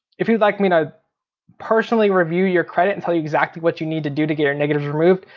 if you'd like me to personally review your credit and tell you exactly what you need to do to get your negatives removed,